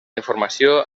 informació